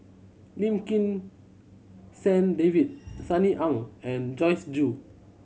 Lim Kim San David Sunny Ang and Joyce Jue